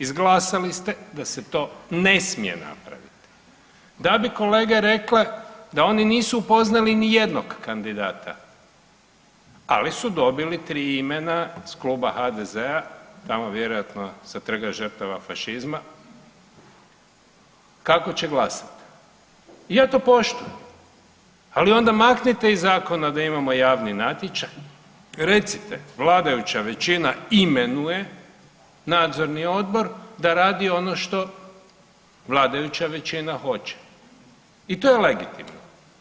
Izglasali ste da se to ne smije napraviti, da bi kolege rekle da oni nisu upoznali nijednog kandidata, ali su dobili 3 imena s kluba HDZ-a, tamo vjerojatno sa Trga žrtava fašizma, kako će glasati i ja to poštujem, ali onda maknite iz zakona da imamo javni natječaj, recite, vladajuća većina imenuje Nadzorni odbor da radi ono što vladajuća većina hoće i to je legitimno.